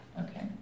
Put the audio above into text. Okay